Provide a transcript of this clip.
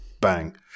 bang